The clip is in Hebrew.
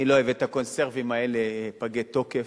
אני לא אוהב את הקונסרבים האלה, פגי תוקף,